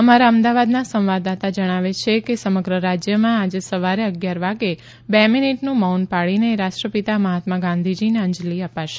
અમારા અમદાવાદના સંવાદદાતા જણાવે છે કે સમગ્ર રાજયમાં આજે સવારે અગીયાર વાગે બે મીનીટનું મૌન પાળીને રાષ્ટ્રપિતા મહાત્મા ગાંધીજીને અંજલી અપાશે